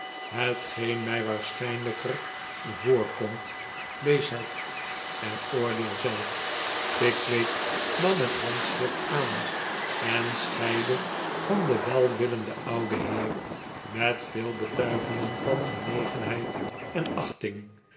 hetgeen mij waarschijnlijker voorkomt lees het en oordeel zelf pickwick nam het handschrift aan en scheidde van den welwillenden ouden heer met veel betuigingen van genegenheid en achting